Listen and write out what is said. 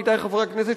עמיתי חברי הכנסת,